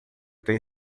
tem